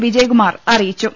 വിജയകുമാർ അറിയിച്ചു